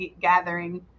gathering